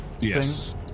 Yes